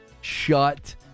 shut